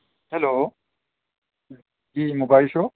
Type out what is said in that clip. hello جی mobile shop